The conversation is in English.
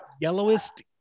yellowest